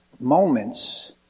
moments